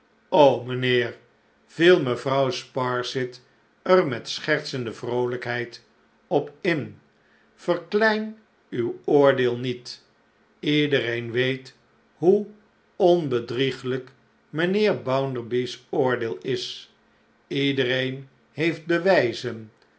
mijnheer viel mevrouw sparsit er met schertsende vroolijkheid op in verklein uw oordeel niet iedereen weet hoe onbedrieglijk mijnheer bounderby's oordeel is iedereen heeft bewijzen